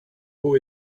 who